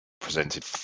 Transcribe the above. presented